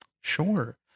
sure